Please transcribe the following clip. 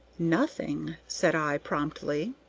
nothing, said i, promptly.